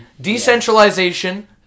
Decentralization